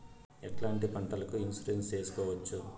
ఎట్లాంటి పంటలకు ఇన్సూరెన్సు చేసుకోవచ్చు?